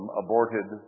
aborted